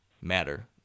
matter